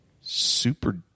super